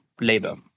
labor